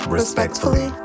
respectfully